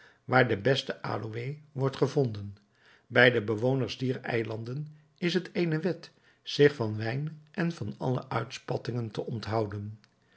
waar de beste aloé wordt gevonden bij de bewoners dier eilanden is het eene wet zich van wijn en van alle uitspattingen te onthouden